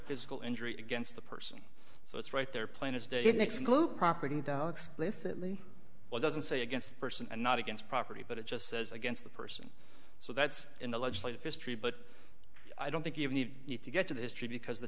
physical injury against the person so it's right there plain as day you can exclude property explicitly but doesn't say against a person and not against property but it just says against the person so that's in the legislative history but i don't think you need to get to the history because the